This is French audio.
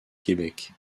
québec